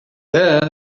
there